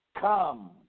come